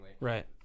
Right